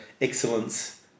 excellence